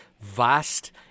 vast